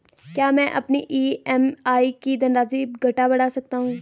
क्या मैं अपनी ई.एम.आई की धनराशि घटा बढ़ा सकता हूँ?